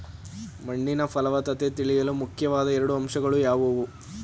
ಮಣ್ಣಿನ ಫಲವತ್ತತೆ ತಿಳಿಯಲು ಮುಖ್ಯವಾದ ಎರಡು ಅಂಶಗಳು ಯಾವುವು?